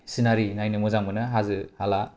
सिनारि नायनो मोजां मोनो हाजो हाला